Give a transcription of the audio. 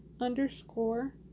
underscore